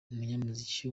umunyamuziki